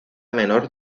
menor